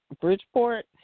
Bridgeport